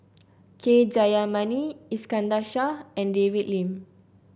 K Jayamani Iskandar Shah and David Lim